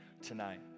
tonight